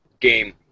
game